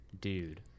Dude